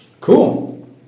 Cool